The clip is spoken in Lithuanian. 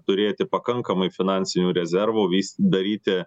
turėti pakankamai finansinių rezervų vis daryti